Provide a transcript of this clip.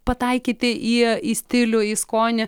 pataikyti į į stilių į skonį